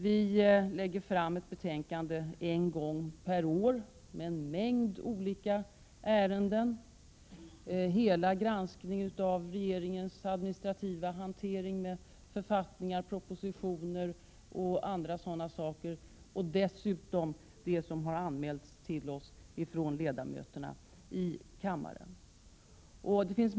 Vi lägger fram ett betänkande en gång per år med en mängd olika ärenden — hela granskningen av regeringens administrativa hantering, med författningar, propositioner osv. samt dessutom det som anmäls till KU av riksdagsledamöterna.